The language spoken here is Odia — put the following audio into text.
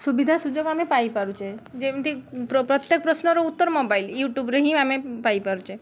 ସୁବିଧା ସୁଯୋଗ ଆମେ ପାଇପାରୁଛେ ଯେମିତି କି ପ୍ରତ୍ୟେକ ପ୍ରଶ୍ନର ଉତ୍ତର ମୋବାଇଲ ୟୁଟ୍ୟୁବରୁ ହିଁ ଆମେ ପାଇପାରୁଛେ